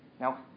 Now